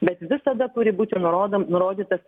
bet visada turi būti nurodom nurodytas